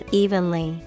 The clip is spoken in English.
evenly